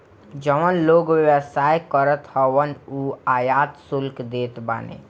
जवन लोग व्यवसाय करत हवन उ आयात शुल्क देत बाने